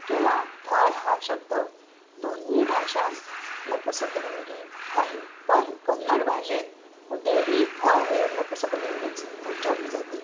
किंवा फळ हा शब्द दोनही भाषात नपुसकलिंगी आहे पण कन्नड भाषेत कुठेही फळ हे नपुसकलिंगीच उच्चारले जाते